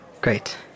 Great